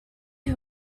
who